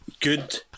good